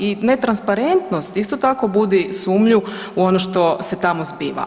I netransparentnost isto tako budi sumnju u ono što se tamo zbiva.